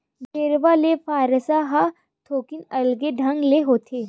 गेरवा ले कांसरा ह थोकिन अलगे ढंग ले होथे